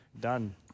Done